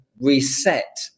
reset